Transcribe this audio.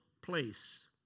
place